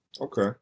Okay